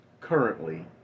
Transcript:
currently